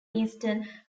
eastern